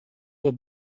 were